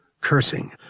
Cursing